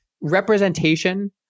representation